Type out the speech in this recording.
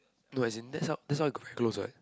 no as in that's how that's how we got very close what